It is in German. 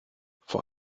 vor